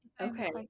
Okay